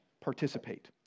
participate